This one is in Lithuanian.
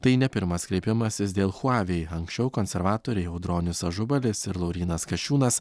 tai ne pirmas kreipimasis dėl huawei anksčiau konservatoriai audronius ažubalis ir laurynas kasčiūnas